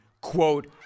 quote